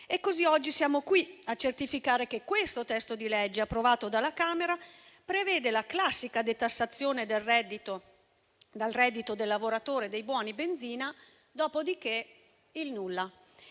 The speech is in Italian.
E così oggi siamo qui a certificare che questo testo di legge approvato dalla Camera prevede la classica detassazione dal reddito del lavoratore dei buoni benzina; dopodiché, il nulla